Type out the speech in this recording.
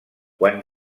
quan